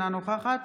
אינה נוכחת